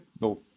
no